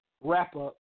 wrap-up